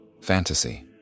fantasy